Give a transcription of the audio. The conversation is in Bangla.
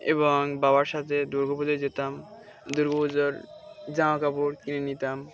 এবং বাবার সাথে দুর্গাপুজো যেতাম দুর্গা পুজোর জাাম কাপড় কিনে নিতাম